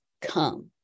come